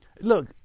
look